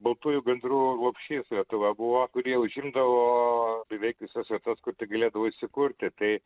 baltųjų gandrų lopšys lietuva buvo kur jie užimdavo beveik visas vietas kur tik galėdavo įsikurti tai